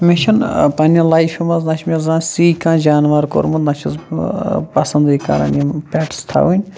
مےٚ چھِنہٕ پَنٛنہِ لایِفہِ منٛز نہ چھِ مےٚ زانٛہہ سی کانٛہہ جانوَر کوٚرمُت نہٕ چھُس بہٕ پسنٛدٕے کران یِم پٮ۪ٹٕس تھاوٕنۍ